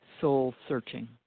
soul-searching